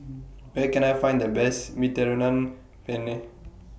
Where Can I Find The Best Mediterranean Penne